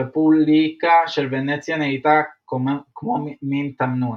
הרפוליקה של ונציה נהיית כמו מין תמנון.